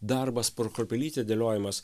darbas po kruopelytę dėliojimas